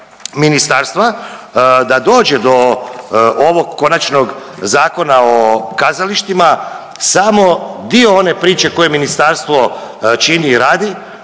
ministarstva da dođe do ovog konačnog Zakona o kazalištima samo dio one priče koje ministarstvo čini i radi.